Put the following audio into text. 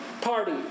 Party